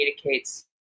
communicates